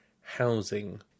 housing